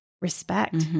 respect